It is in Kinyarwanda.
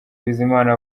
bizimana